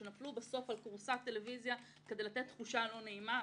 שנפלו בסוף על כורסת טלוויזיה כדי לתת תחושה לא נעימה,